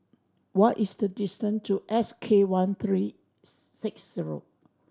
what is the distance to S K one three six zero